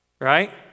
Right